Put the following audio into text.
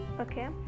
Okay